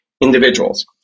individuals